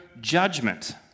judgment